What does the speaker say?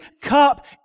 cup